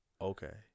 okay